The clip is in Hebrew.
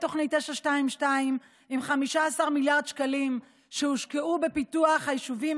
תוכנית 922 עם 15 מיליארד שקלים שהושקעו בפיתוח היישובים,